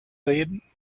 reden